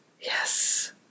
yes